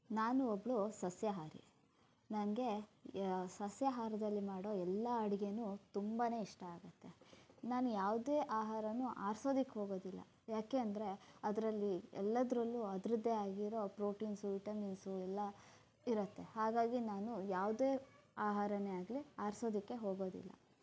ನಾನು ಒಬ್ಬಳು ಸಸ್ಯಾಹಾರಿ ನನಗೆ ಸಸ್ಯಾಹಾರದಲ್ಲಿ ಮಾಡೋ ಎಲ್ಲ ಅಡಿಗೆಯೂ ತುಂಬ ಇಷ್ಟ ಆಗತ್ತೆ ನಾನು ಯಾವುದೇ ಆಹಾರಾನೂ ಆರಿಸೋದಕ್ಕೆ ಹೋಗೋದಿಲ್ಲ ಯಾಕೆ ಅಂದರೆ ಅದರಲ್ಲಿ ಎಲ್ಲದರಲ್ಲೂ ಅದರದ್ದೇ ಆಗಿರೋ ಪ್ರೋಟೀನ್ಸು ವಿಟಮಿನ್ಸು ಎಲ್ಲ ಇರುತ್ತೆ ಹಾಗಾಗಿ ನಾನು ಯಾವುದೇ ಆಹಾರಾನೇ ಆಗಲಿ ಆರಿಸೋದಕ್ಕೆ ಹೋಗೋದಿಲ್ಲ